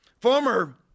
former